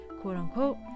quote-unquote